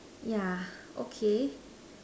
yeah okay